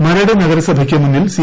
മരട് നഗരസഭയ്ക്ക് പ്രൂ മുന്നിൽ സി